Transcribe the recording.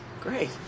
Great